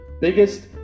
biggest